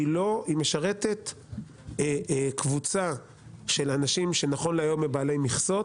היא משרתת קבוצה של אנשים שנכון להיום הם בעלי מכסות.